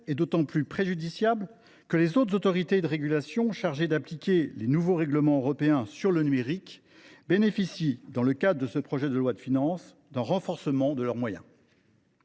est d’autant plus préjudiciable que les autres autorités de régulation chargées d’appliquer les nouveaux règlements européens sur le numérique bénéficient, dans le cadre de ce projet de loi de finances, d’un renforcement de leurs moyens.